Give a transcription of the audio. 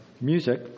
music